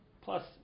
plus